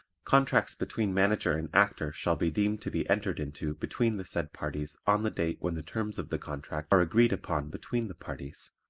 contracts between manager and actor shall be deemed to be entered into between the said parties on the date when the terms of the contract are agreed upon between the parties,